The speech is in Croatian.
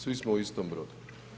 Svi smo u istom brodu.